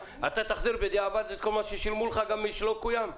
האם תחזיר בדיעבד את כל מה ששילמו לך וגם את מה שלא קוים?